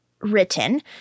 written